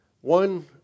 One